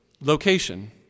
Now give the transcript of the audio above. location